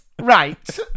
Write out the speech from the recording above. right